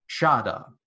Shada